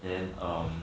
then um